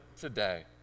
today